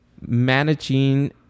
managing